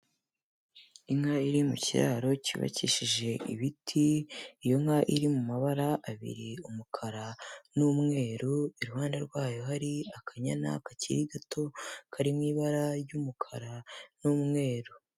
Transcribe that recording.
Inka iri mu kiraro cyubakishije ibiti, iyo nka iri mu mabara abiri umukara n'umweru, iruhande rwayo hari akanyana kacyiri gato, kari mu ibara ry'umukara n'umweru.